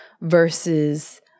versus